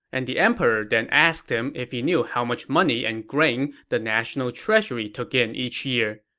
and the emperor then asked him if he knew how much money and grain the national treasury took in each year.